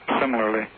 similarly